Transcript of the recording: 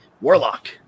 Warlock